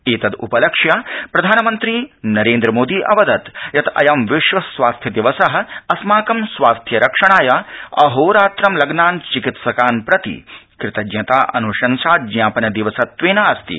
एतदपलक्ष्य प्रधानमन्त्री नरेन्द्र मोदी अवदत् यत् अयं विश्व स्वास्थ्य दिवस अस्माकं स्वास्थ्यरक्षणाय अहोरात्रं लग्नान् चिकित्सान् प्रति कृतज्ञता अन्शंसा ज्ञापन दिवसत्वेन अस्ति